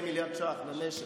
40 מיליארד שקלים למשק,